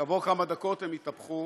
כעבור כמה דקות הם התהפכו.